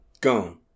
Gone